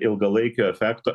ilgalaikio efekto